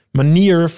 manier